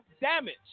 damage